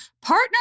Partner